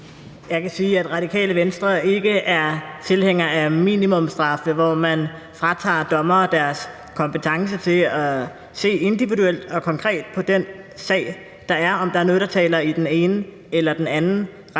Jeg kan sige, at Radikale Venstre ikke er tilhænger af minimumsstraffe, hvor man fratager dommere deres kompetence til at se individuelt og konkret på den sag, der er, og om der er noget, der taler i den ene eller den anden retning.